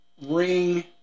ring